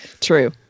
True